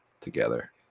together